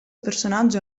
personaggio